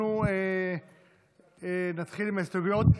אנחנו נתחיל עם ההסתייגויות.